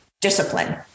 Discipline